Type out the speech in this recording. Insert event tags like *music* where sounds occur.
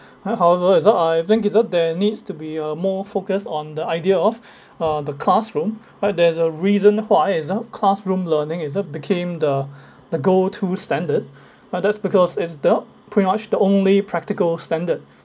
!huh! however is uh I think is uh there needs to be uh more focused on the idea of *breath* uh the classroom but there's a reason why is the classroom learning itself became the *breath* the go-to standard but that's because it's the pretty much the only practical standard